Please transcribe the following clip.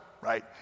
right